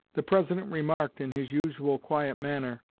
the president remarked, in his usual quiet manner,